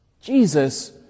Jesus